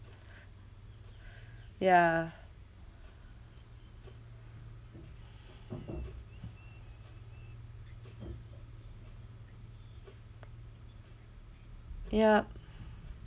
ya yup